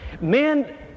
Men